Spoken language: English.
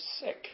sick